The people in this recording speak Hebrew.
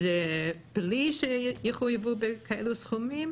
בלי שיחויבו בכאלה סכומים.